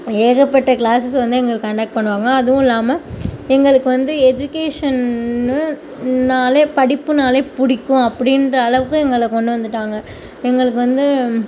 ஏகப்பட்ட கிளாஸஸ் வந்து எங்களுக்கு கன்டெக்ட் பண்ணுவாங்க அதுவும் இல்லாமல் எங்களுக்கு வந்து எஜிகேஷன்னாலே படிப்புன்னாலே பிடிக்கும் அப்படின்ற அளவுக்கு எங்களைக் கொண்டு வந்துவிட்டாங்க எங்களுக்கு வந்து